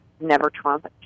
never-Trump